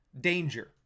danger